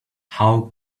how